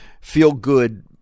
feel-good